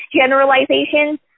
generalizations